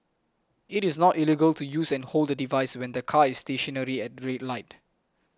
it is not illegal to use and hold a device when the car is stationary at the red light